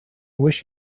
wish